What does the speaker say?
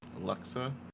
Alexa